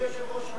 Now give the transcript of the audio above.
אדוני היושב-ראש,